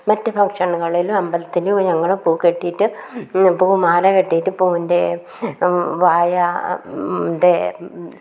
മറ്റു ഫംഗ്ഷനുകളിലും അട്മ്പട്ത്തിിയ്ലുിഞങ്ങൾ പൂ കെട്ടിയിട്ട് പൂമാല കെട്ടിയിട്ട് പൂവിൻ്റെ വായ ൻ്റെ